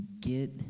get